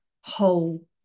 whole